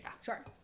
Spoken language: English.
Sure